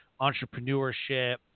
entrepreneurship